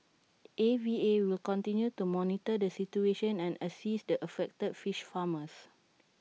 A V A will continue to monitor the situation and assist the affected fish farmers